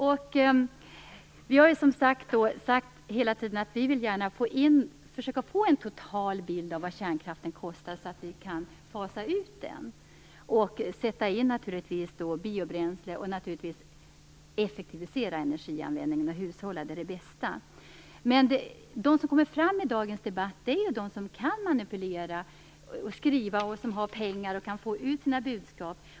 Vi i Miljöpartiet har hela tiden sagt att vi gärna vill försöka få en total bild av hur mycket kärnkraften kostar, för att kunna fasa ut den. I stället vill vi sätta in biobränsle och naturligtvis även effektivisera energianvändningen och hushålla med energin - det är det bästa. De som kommer fram i dagens debatt är de som kan manipulera och skriva, som har pengar och som kan få ut sina budskap.